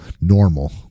normal